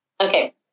Okay